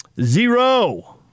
Zero